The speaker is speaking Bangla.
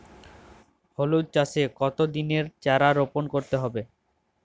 হলুদ চাষে কত দিনের চারা রোপন করতে হবে?